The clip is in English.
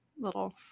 little